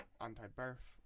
anti-birth